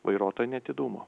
vairuotojo neatidumo